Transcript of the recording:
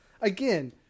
again